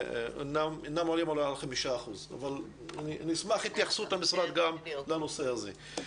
אינם עולים על 5%. נשמח את התייחסות המשרד גם לנושא הזה.